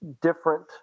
different